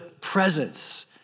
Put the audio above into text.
presence